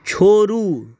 छोड़ू